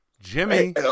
Jimmy